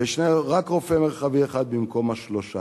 ויש רק רופא מרחבי אחד במקום השלושה.